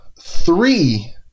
three